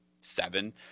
seven